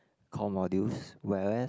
core modules whereas